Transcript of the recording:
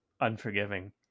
unforgiving